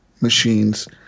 machines